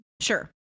sure